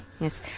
Yes